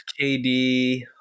KD